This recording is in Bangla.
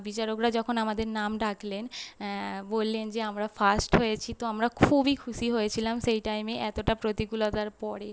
বিচারকরা যখন আমাদের নাম ডাকলেন বললেন যে আমরা ফার্স্ট হয়েছি তো আমরা খুবই খুশি হয়েছিলাম সেই টাইমে এতটা প্রতিকূলতার পরে